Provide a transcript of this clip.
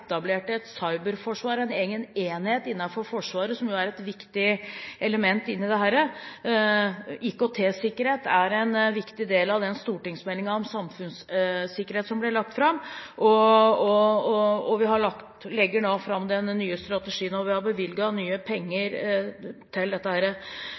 cyberforsvar – en egen enhet innenfor Forsvaret som er et viktig element i dette. IKT-sikkerhet er en viktig del av stortingsmeldingen om samfunnssikkerhet som ble lagt fram. Vi legger nå fram den nye strategien, og vi har bevilget nye